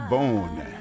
Bone